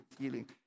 healing